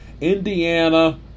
Indiana